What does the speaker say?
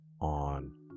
on